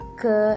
ke